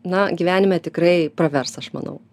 na gyvenime tikrai pravers aš manau